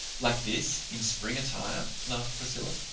like this, in spring attire? laughed priscilla.